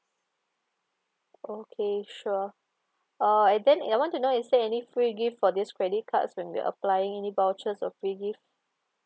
okay sure uh and then and I want to know is there any free gift for this credit card when we applying any vouchers or free gift